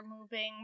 moving